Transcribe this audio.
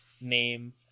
name